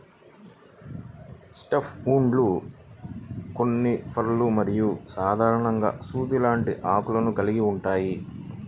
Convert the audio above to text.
soft వుడ్లు కోనిఫర్లు మరియు సాధారణంగా సూది లాంటి ఆకులను కలిగి ఉంటాయి